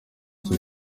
icyo